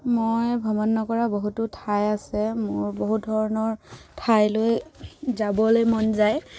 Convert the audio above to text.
মই ভ্ৰমণ নকৰা বহুতো ঠাই আছে মোৰ বহুত ধৰণৰ ঠাইলৈ যাবলৈ মন যায়